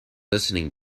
listening